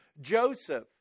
Joseph